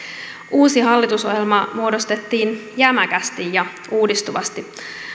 uusi hallitusohjelma muodostettiin jämäkästi ja uudistuvasti